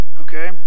okay